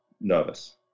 nervous